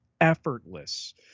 effortless